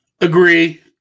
Agree